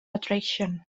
attraction